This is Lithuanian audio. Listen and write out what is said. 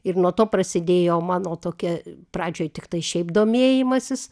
ir nuo to prasidėjo mano tokia pradžioj tiktai šiaip domėjimasis